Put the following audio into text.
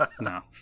no